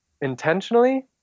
intentionally